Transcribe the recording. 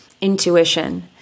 intuition